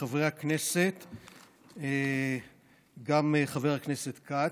חברי הכנסת, גם חבר הכנסת כץ,